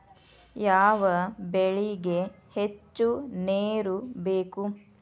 ಯಾವ ಬೆಳಿಗೆ ಹೆಚ್ಚು ನೇರು ಬೇಕು?